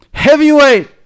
heavyweight